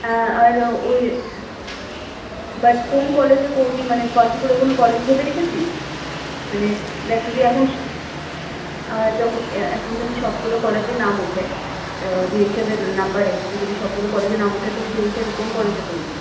হ্যাঁ আর ওই বাট কোন কলেজে করবি মানে পার্টিকুলার কোনো কলেজ ভেবে রেখেছিস মানে দেখ যদি এখন আর যখন এখন যদি সবগুলো কলেজে নাম ওঠে যেই হিসাবে নাম্বার এসেছে যদি সবগুলো কলেজে নাম ওঠে তো সেই হিসাবে কোন কলেজে করবি